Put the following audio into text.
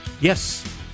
Yes